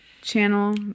channel